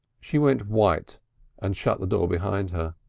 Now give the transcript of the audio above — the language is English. she went white and shut the door behind her.